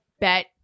bet